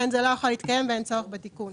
בתקנה